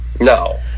No